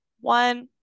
One